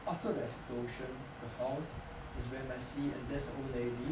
after the explosion the house is very messy and there's a old lady